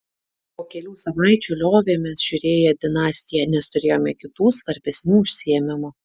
po kelių savaičių liovėmės žiūrėję dinastiją nes turėjome kitų svarbesnių užsiėmimų